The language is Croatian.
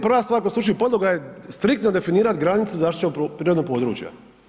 Prva stvar kod stručnih podloga je striktno definirati granicu zaštićenog prirodnog područja.